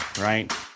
right